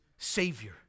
savior